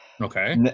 Okay